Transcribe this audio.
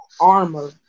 armor